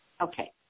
Okay